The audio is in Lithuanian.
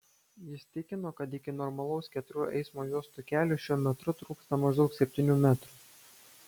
jis tikino kad iki normalaus keturių eismo juostų kelio šiuo metru trūksta maždaug septynių metrų